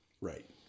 right